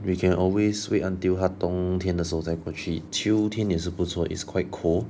we can always wait until 它冬天的时候才过去秋天也是不错 is quite cold